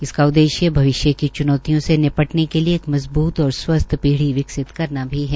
इसका उद्देश्य भविष्य की च्नौतियों से निपटने के लिए एक मजबूत और स्वस्थ पीढ़ी विकसित करना भी है